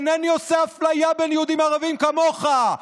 אינני עושה אפליה בין יהודים וערבים כמוך.